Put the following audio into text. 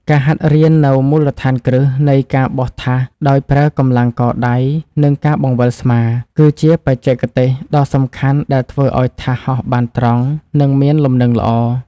ការហាត់រៀននូវមូលដ្ឋានគ្រឹះនៃការបោះថាសដោយប្រើកម្លាំងកដៃ និងការបង្វិលស្មា គឺជាបច្ចេកទេសដ៏សំខាន់ដែលធ្វើឱ្យថាសហោះបានត្រង់ និងមានលំនឹងល្អ។